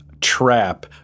trap